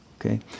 Okay